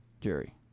Jerry